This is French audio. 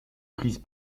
prise